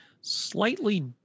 Slightly